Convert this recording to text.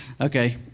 Okay